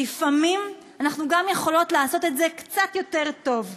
לפעמים אנחנו גם יכולות לעשות את זה קצת יותר טוב.